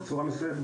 בצורה מסוימת,